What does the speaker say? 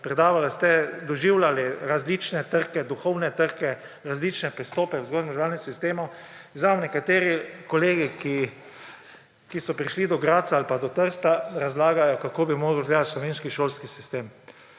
predavali ste, doživljali različne trke, duhovne trke, različne pristope v vzgojno-izobraževalnem sistemu, zraven nekateri kolegi, ki so prišli do Gradca ali pa do Trsta, razlagajo, kako bi moral izgledati slovenski šolski sistem.